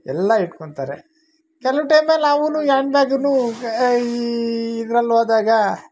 ಎಲ್ಲ ಇಟ್ಕೊತಾರೆ ಕೆಲವು ಟೈಮಲ್ಲಿ ನಾವೂ ಯಾಂಡ್ ಬ್ಯಾಗೂ ಈ ಇದ್ರಲ್ಲಿ ಹೋದಾಗ